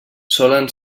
solen